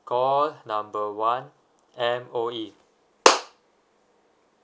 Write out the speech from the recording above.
call number one M_O_E